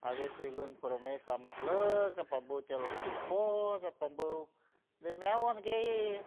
A veces gun promesa majluck pambu tiel tipos tipu de meawan gue